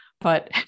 But-